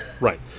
Right